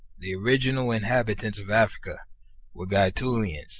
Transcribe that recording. the original inhabitants of africa were gaetulians